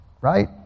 right